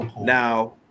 Now